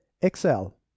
Excel